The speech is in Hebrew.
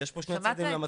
יש פה שני צדדים למטבע.